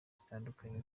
zitandukanye